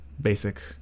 basic